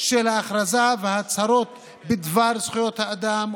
של ההכרזה וההצהרות בדבר זכויות האדם,